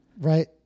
right